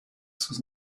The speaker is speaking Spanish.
sus